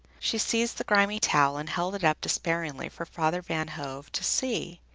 she seized the grimy towel and held it up despairingly for father van hove to see.